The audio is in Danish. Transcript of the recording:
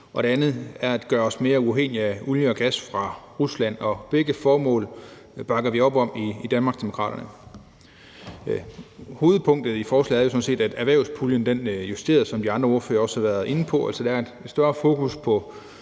og det andet er at gøre os mere uafhængige af olie og gas fra Rusland, og begge formål bakker vi op om i Danmarksdemokraterne. Hovedpunktet i forslaget er sådan set, som de andre ordførere også har været inde på, at erhvervspuljen